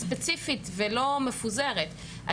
ספציפית ולא מפוזרת.